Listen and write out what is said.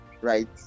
right